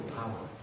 power